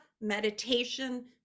meditation